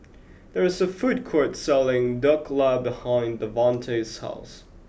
there is a food court selling Dhokla behind Davante's house